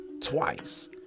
twice